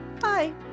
Hi